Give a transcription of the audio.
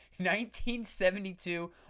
1972